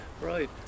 Right